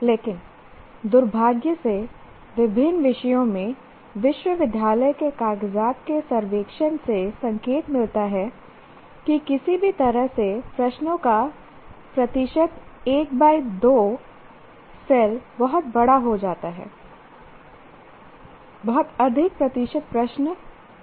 लेकिन दुर्भाग्य से विभिन्न विषयों में विश्वविद्यालय के कागजात के सर्वेक्षण से संकेत मिलता है किसी भी तरह से प्रश्नों का प्रतिशत 1 2 बहुत बड़ा हो जाता है बहुत अधिक प्रतिशत प्रश्न चलते रहते हैं